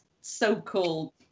so-called